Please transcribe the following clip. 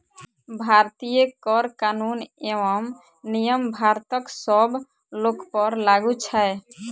भारतीय कर कानून एवं नियम भारतक सब लोकपर लागू छै